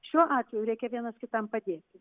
šiuo atveju reikia vienas kitam padėti